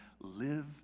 live